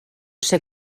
ser